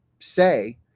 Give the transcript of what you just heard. say